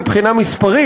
מבחינת המספר,